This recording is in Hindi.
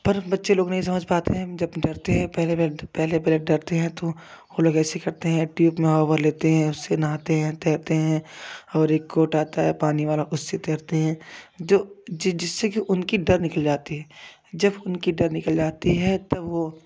पर बच्चे लोग नहीं समझ पाते हैं जब डरते हैं पहले पहले डरते हैं तो वो लोग ऐसे करते हैं एक ट्यूब में हवा लेते हैं उसे नहाते हैं तैरते हैं और एक कोर्ट आता है पानी वाला उससे तैरते हैं जो जिससे कि उनकी डर निकल जाती है जब उनकी डर निकल जाती है तब वो